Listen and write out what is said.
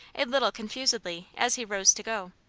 a little confusedly, as he rose to go.